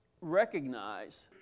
recognize